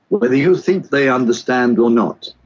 whether you think they understand or not.